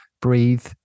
breathe